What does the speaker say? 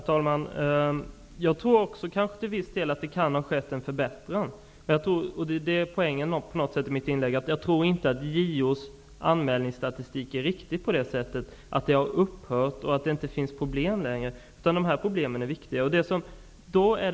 Herr talman! Jag tror också att det kanske till viss del har skett en förbättring. Men jag tror inte att JO:s anmälningsstatistik är riktig på så sätt att detta har upphört och att det inte finns problem längre. Det är poängen i mitt inlägg. Dessa problem är viktiga.